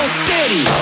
steady